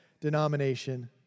denomination